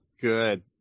Good